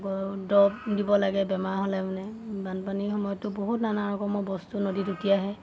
আকৌ দৰৱ দিব লাগে বেমাৰ হ'লে মানে বানপানীৰ সময়ততো বহুত নানা ৰকমৰ বস্তু নদীত উঠি আহে